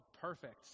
perfect